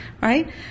right